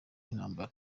intambara